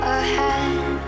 ahead